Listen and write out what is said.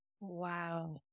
Wow